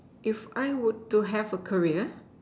if I would to have a career